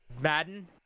Madden